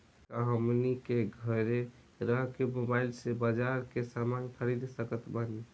का हमनी के घेरे रह के मोब्बाइल से बाजार के समान खरीद सकत बनी?